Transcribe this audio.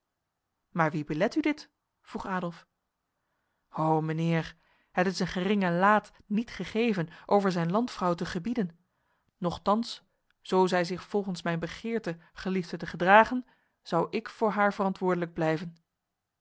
maar wie belet u dit vroeg adolf ho mijnheer het is een geringe laat niet gegeven over zijn landvrouw te gebieden nochtans zo zij zich volgens mijn begeerte geliefde te gedragen zou ik voor haar verantwoordelijk blijven